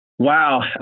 Wow